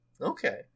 Okay